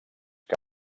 que